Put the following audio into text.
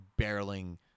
barreling